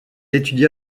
étudia